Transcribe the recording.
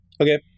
Okay